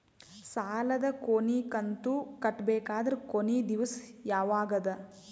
ಸಾಲದ ಕೊನಿ ಕಂತು ಕಟ್ಟಬೇಕಾದರ ಕೊನಿ ದಿವಸ ಯಾವಗದ?